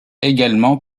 également